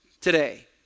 today